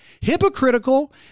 hypocritical